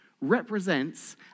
represents